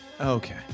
Okay